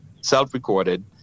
self-recorded